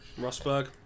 Rosberg